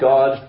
God